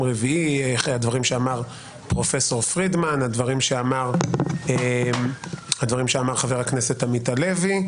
רביעי אחרי הדברים שאמר פרופסור פרידמן והדברים שאמר חבר הכנסת עמית הלוי.